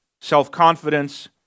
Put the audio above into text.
self-confidence